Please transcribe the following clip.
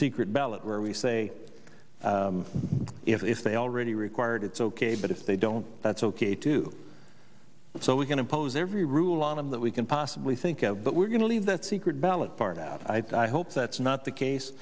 secret ballot where we say if they already require it it's ok but if they don't that's ok too so we can impose every rule on them that we can possibly think of but we're going to leave that secret ballot part out i hope that's not the case